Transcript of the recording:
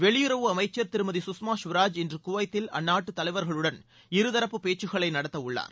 வெளியுறவு அமைச்ச் திருமதி சுஷ்மா சுவராஜ் இன்று குவைத்தில் அந்நாட்டு தலைவர்களுடன் இருதரப்பு பேச்சுகளை நடத்த உள்ளார்